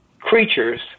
creatures